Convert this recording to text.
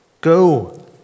Go